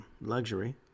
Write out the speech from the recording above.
luxury